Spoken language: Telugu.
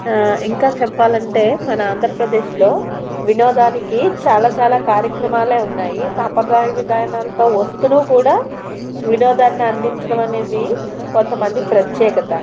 ఇంకా చెప్పాలంటే మన ఆంధ్రప్రదేశ్లో వినోదానికి చాలా చాలా కార్యక్రమాలే ఉన్నాయి సాంప్రదాయ విధానాలతో వస్తూ కూడా వినోదాన్ని అందించడం అనేది కొంత మంది ప్రత్యేకత